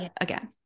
again